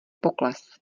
pokles